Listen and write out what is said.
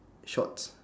shorts